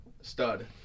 Stud